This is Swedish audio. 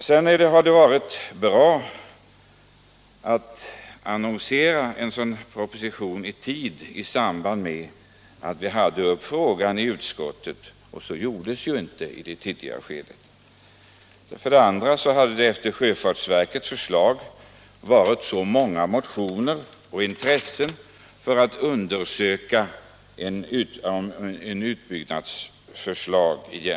Det hade varit bra om man annonserat en proposition i samband med att vi hade frågan uppe till behandling i utskottet, men så gjordes ju inte i det tidigare skedet. För det andra har det efter sjöfartsverkets förslag framlagts många motioner och visats ett stort intresse för att undersöka ett utbyggnadsförslag. Bl.